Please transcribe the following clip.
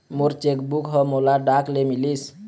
मोर cheque book ह मोला डाक ले मिलिस